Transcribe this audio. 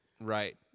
right